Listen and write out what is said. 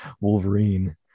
Wolverine